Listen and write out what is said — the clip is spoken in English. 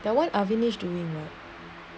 that [one] arvinis doing lah